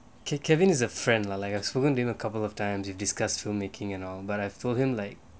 K~ kevin is a friend lah like a spoken during a couple of times with discussed filmmaking and all but I told him like